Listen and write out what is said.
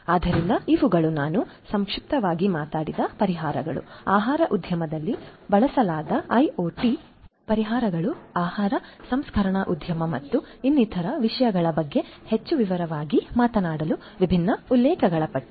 ಆದ್ದರಿಂದ ಇವುಗಳು ನಾನು ಸಂಕ್ಷಿಪ್ತವಾಗಿ ಮಾತನಾಡಿದ ಪರಿಹಾರಗಳು ಆಹಾರ ಉದ್ಯಮದಲ್ಲಿ ಬಳಸಲಾದ ಐಒಟಿ ಪರಿಹಾರಗಳು ಆಹಾರ ಸಂಸ್ಕರಣಾ ಉದ್ಯಮ ಮತ್ತು ಇನ್ನಿತರ ವಿಷಯಗಳ ಬಗ್ಗೆ ಹೆಚ್ಚು ವಿವರವಾಗಿ ಮಾತನಾಡುವ ವಿಭಿನ್ನ ಉಲ್ಲೇಖಗಳ ಪಟ್ಟಿ